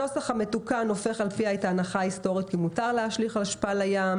הנוסח המתוקן הופך על פיה את ההנחה ההיסטורית כי מותר להשליך אשפה לים,